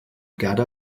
gerda